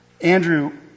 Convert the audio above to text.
Andrew